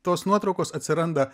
tos nuotraukos atsiranda